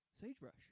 Sagebrush